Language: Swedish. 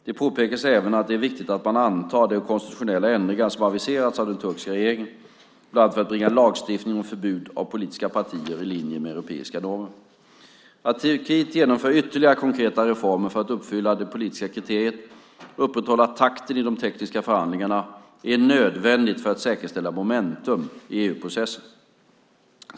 Det påpekades även att det är viktigt att man antar de konstitutionella ändringar som aviserats av den turkiska regeringen, bland annat för att bringa lagstiftning om förbud av politiska partier i linje med europeiska normer. Att Turkiet genomför ytterligare konkreta reformer för att uppfylla det politiska kriteriet och upprätthålla takten i de tekniska förhandlingarna är nödvändigt för att säkerställa momentum i EU-processen.